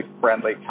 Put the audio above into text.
friendly